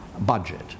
budget